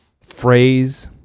phrase